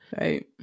Right